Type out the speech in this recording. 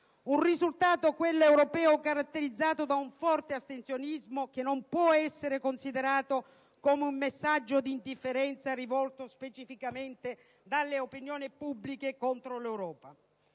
Il risultato europeo è caratterizzato da un forte astensionismo, che non può essere considerato come un messaggio di indifferenza rivolto specificamente dalle opinioni pubbliche contro l'Europa.